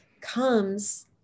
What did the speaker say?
comes